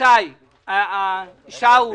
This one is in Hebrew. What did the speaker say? שאול,